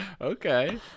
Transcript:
Okay